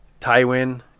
Tywin